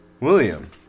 william